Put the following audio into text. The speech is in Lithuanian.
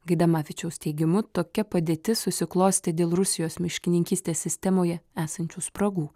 gaidamavičiaus teigimu tokia padėtis susiklostė dėl rusijos miškininkystės sistemoje esančių spragų